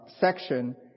section